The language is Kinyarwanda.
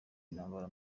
intambara